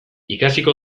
ikasiko